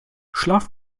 schlaf